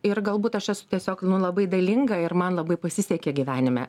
ir galbūt aš esu tiesiog nu labai dalinga ir man labai pasisekė gyvenime